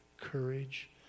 courage